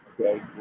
Okay